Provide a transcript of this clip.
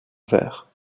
verre